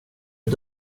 att